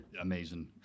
Amazing